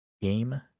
Game